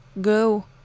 Go